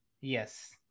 Yes